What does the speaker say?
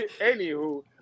anywho